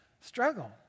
struggle